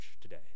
today